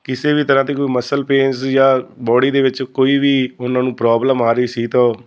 ਕਿਸੇ ਵੀ ਤਰ੍ਹਾਂ ਦੀ ਕੋਈ ਮਸਲ ਪੇਨਸ ਜਾਂ ਬੋਡੀ ਦੇ ਵਿੱਚ ਕੋਈ ਵੀ ਉਹਨਾਂ ਨੂੰ ਪ੍ਰੋਬਲਮ ਆ ਰਹੀ ਸੀ ਤਾਂ ਉਹ